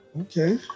Okay